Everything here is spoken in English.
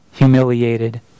humiliated